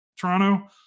Toronto